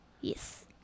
Yes